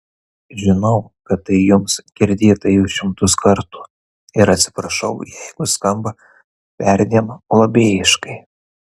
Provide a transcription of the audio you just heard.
žinau kad tai jums girdėta jau šimtus kartų ir atsiprašau jeigu skamba perdėm globėjiškai